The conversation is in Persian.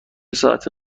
ساعتی